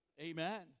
Amen